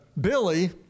Billy